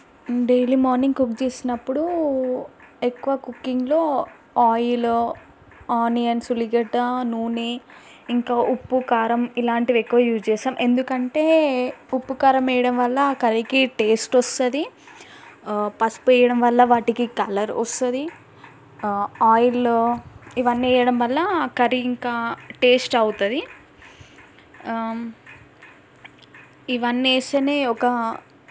daily morning cook చేసినప్పుడూ ఎక్కువ కుకింగ్లో ఆయిలు ఆనియన్స్ ఉల్లిగడ్డ నూనె ఇంకా ఉప్పు కారం ఇలాంటివి ఎక్కువ యూజ్ చేస్తాము ఎందుకంటే ఉప్పు కారం ఏయడం వల్ల ఆ కర్రీకి టేస్ట్ వస్తుంది పసుపు వేయడం వల్ల వాటికి కలర్ వస్తుంది ఆయిల్ ఇవన్నీ వేయడం వల్ల ఆ కర్రీ ఇంకా టేస్ట్ అవుతుంది ఇవన్నీ వేస్తేనే ఒక